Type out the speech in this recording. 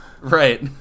Right